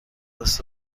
دست